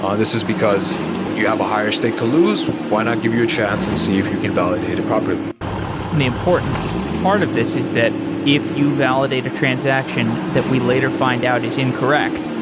um this is because you have a higher stake to lose, why not give you a chance and see if you can validate it properly the important part of this is that if you validate a transaction that we later find out is incorrect,